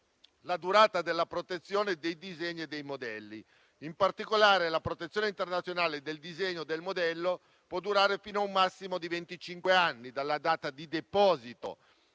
la durata della protezione dei disegni e dei modelli; in particolare, la protezione internazionale del disegno e del modello può durare fino a un massimo di venticinque anni dalla data di deposito